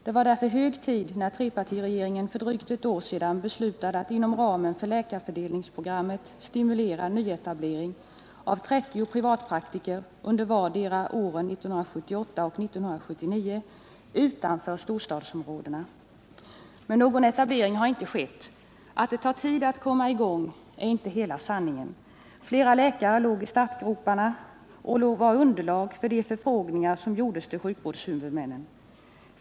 Det var därför hög tid att trepartiregeringen för drygt ett år sedan beslutade att inom ramen för läkarfördelningsprogrammet stimulera nyetablering av 30 privatpraktiker under vartdera av åren 1978 och 1979 utanför storstadsområdena. Men någon etablering har inte skett. Att det tar tid att komma i gång är inte hela sanningen. Flera läkare låg i startgroparna och utgjorde underlag för de förfrågningar som gjordes till sjukvårdshuvudmännen.